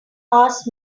asked